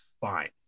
fine